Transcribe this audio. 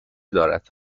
دارد